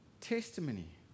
testimony